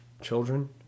children